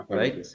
right